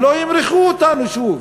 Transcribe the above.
שלא ימרחו אותנו שוב,